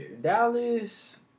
Dallas